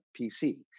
PC